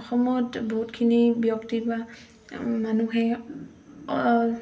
অসমত বহুতখিনি ব্যক্তি বা মানুহে